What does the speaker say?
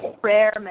prayer